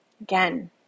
Again